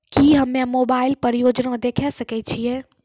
की हम्मे मोबाइल पर योजना देखय सकय छियै?